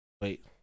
Wait